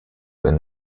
eine